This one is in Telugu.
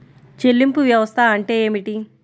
చెల్లింపు వ్యవస్థ అంటే ఏమిటి?